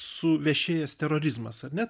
suvešėjęs terorizmas ar ne